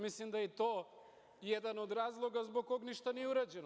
Mislim da je i to jedan od razloga zbog koga ništa nije urađeno.